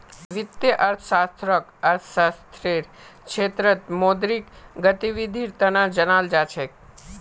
वित्तीय अर्थशास्त्ररक अर्थशास्त्ररेर क्षेत्रत मौद्रिक गतिविधीर तना जानाल जा छेक